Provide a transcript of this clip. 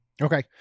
Okay